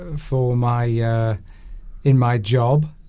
and for my in my job